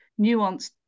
nuanced